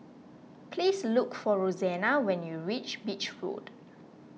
please look for Rosanna when you reach Beach Road